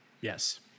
Yes